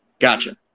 Gotcha